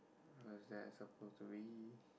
what's that suppose to be